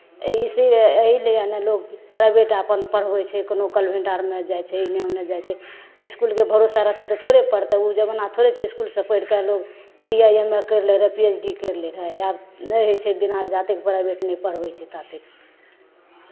एहिसँ एहि लिए ने लोग प्राइभेटमे अपन पढ़बै छै कोनो कॉन्वेन्ट आरमे जाइ छै एन्नऽ ओन्नऽ जाइ छै इसकुलके भरोसे रहतै तब थोड़े पढ़तै ओ जमाना थोड़े छै इसकुलसँ पढ़ि कऽ लोक बी ए एम ए करि लैत रहै पी एच डी करि लैत रहै आब नहि होइ छै बिना जा तक प्राइभेटमे नहि पढ़बै छै ता तक